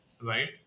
right